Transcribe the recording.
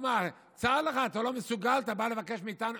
צר לך, אתה לא מסוגל, אתה בא לבקש מאיתנו?